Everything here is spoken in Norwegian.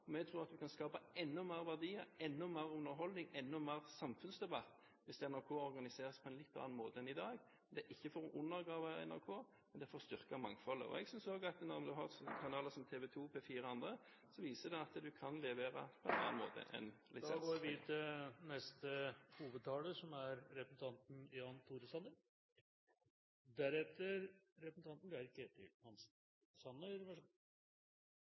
Men vi tror at vi kan skape enda mer verdier, enda mer underholdning, enda mer samfunnsdebatt hvis NRK organiseres på en litt annen måte enn i dag. Det er ikke for å undergrave NRK, men det er for å styrke mangfoldet. Jeg synes også at når du har kanaler som TV 2, P4 og andre, så viser det at du kan levere på en annen måte enn med lisens. Replikkordskiftet er omme. Sent i går kveld kom jeg hjem fra Brussel. Møter med andre europeiske politikere som sliter med gjelds- og jobbkrise, er en kraftig påminnelse om hvor privilegerte vi